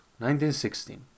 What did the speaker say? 1916